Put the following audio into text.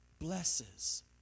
blesses